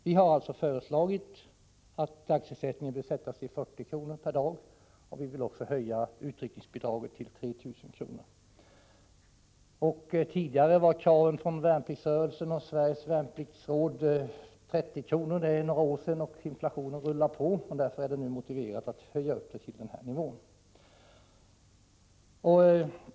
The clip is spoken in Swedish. Vi har alltså föreslagit att dagersättningen skall sättas till 40 kr. per dag, och vi vill vidare höja utryckningsbidraget till 3 000 kr. Tidigare var kravet från värnpliktsrörelsen och Sveriges värnpliktsråd att dagersättningen skulle utgöra 30 kr. Det är några år sedan och inflationen rullar på, varför det nu är motiverat att höja beloppet till den nämnda nivån.